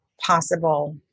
possible